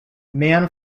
man